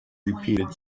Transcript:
repeated